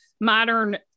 modern